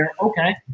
okay